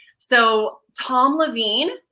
so, tom levine,